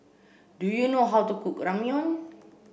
do you know how to cook Ramyeon